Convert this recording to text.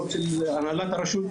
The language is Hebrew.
לא אצל הנהלת הרשות,